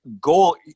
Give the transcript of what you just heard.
goal